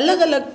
अलॻि अलॻि